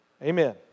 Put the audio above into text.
Amen